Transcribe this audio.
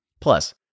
Plus